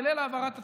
בליל העברת התקציב.